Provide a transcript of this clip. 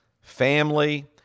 family